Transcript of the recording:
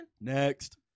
Next